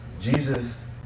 Jesus